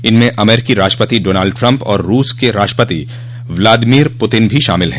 इनमें अमरीकी राष्ट्रपति डॉनल्ड ट्रंप और रूस के राष्ट्रपति व्लादिमिर पुतिन भी शामिल हैं